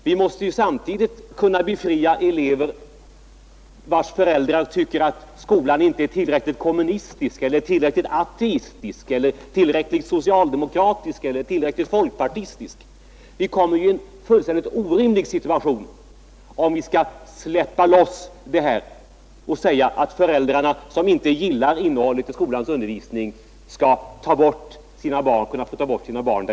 Vi måste då samtidigt befria elever vilkas föräldrar tycker att skolan inte är tillräckligt kommunistisk eller tillräckligt ateistisk eller tillräckligt socialdemokratisk eller tillräckligt folkpartistisk. Vi kommer i en fullkomligt orimlig situation om vi släpper loss detta och säger att föräldrar som inte gillar innehållet i skolans undervisning skall få ta sina barn ifrån skolan.